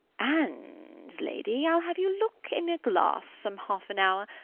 and, lady, i'll have you look in a glass, some half an hour,